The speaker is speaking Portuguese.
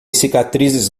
cicatrizes